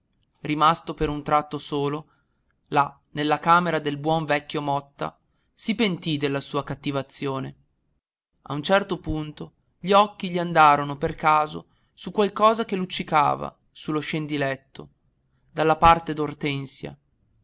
rimasto per un tratto solo là nella camera del buon vecchio motta si pentì della sua cattiva azione a un certo punto gli occhi gli andarono per caso su qualcosa che luccicava su lo scendiletto dalla parte d'ortensia